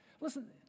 Listen